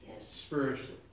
spiritually